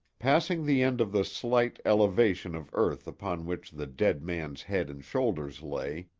passing the end of the slight elevation of earth upon which the dead man's head and shoulders lay,